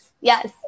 Yes